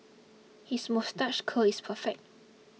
his moustache curl is perfect